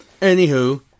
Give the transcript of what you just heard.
Anywho